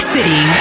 City